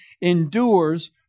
endures